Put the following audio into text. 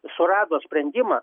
surado sprendimą